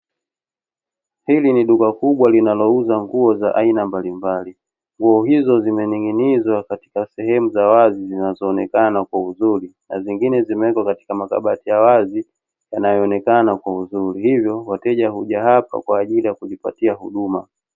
Hili ni duka kubwa linalo uza nguo zaina mbalimbali, nguo hizo zimening'inizwa katika sehemu za wazi zinazo onekana kwa uzuri na zingine zimewekwa makabati ya wazi yanayo onekana kwa uzuri, hivyo wateja huja hapa kwa ajili ya kujipatia huduma.